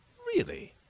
really!